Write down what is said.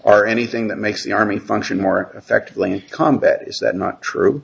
are anything that makes the army function more effectively combat is that not true